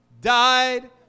died